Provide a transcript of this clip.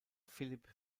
philipp